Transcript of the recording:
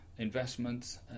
investments